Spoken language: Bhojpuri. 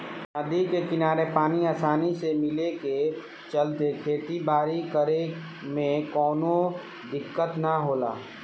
नदी के किनारे पानी आसानी से मिले के चलते खेती बारी करे में कवनो दिक्कत ना होला